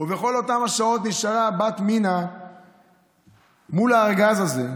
ובכל אותן שעות נשארה הבת מינה מול הארגז הזה,